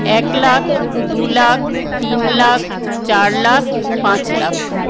এক লাখ দু লাখ তিন লাখ চার লাখ পাঁচ লাখ